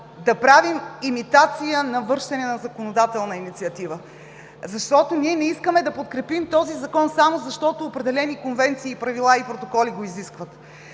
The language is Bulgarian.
да правим имитация на вършене на законодателна инициатива. Ние не искаме да подкрепим този Закон само защото определени конвенции, правила и протоколи го изискват.